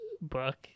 book